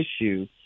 issue